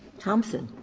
thompson